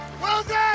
Wilson